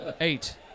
eight